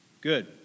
Good